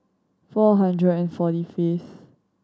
four hundred and forty fifth